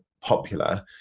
popular